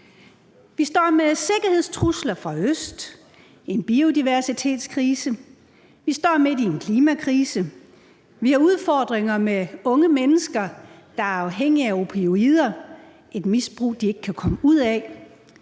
Vi står med sikkerhedstrusler fra Øst, en biodiversitetskrise, vi står midt i en klimakrise, og vi har udfordringer med unge mennesker, der er afhængige af opioider – et misbrug, de ikke kan komme ud af